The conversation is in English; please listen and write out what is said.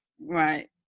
Right